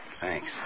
Thanks